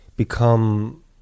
Become